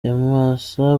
nyamwasa